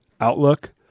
outlook